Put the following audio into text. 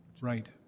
Right